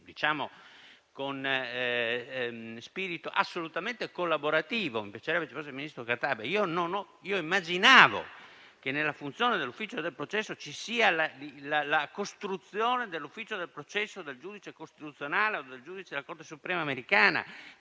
decreto. Con spirito assolutamente collaborativo - mi piacerebbe che fosse presente il ministro Cartabia - dico che immaginavo che nella funzione dell'ufficio per il processo ci fosse la costruzione dell'ufficio per il processo del giudice costituzionale o del giudice della Corte suprema americana,